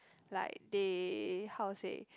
like they how to say